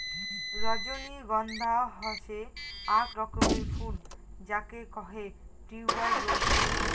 রজনীগন্ধা হসে আক রকমের ফুল যাকে কহে টিউবার রোস